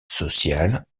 sociales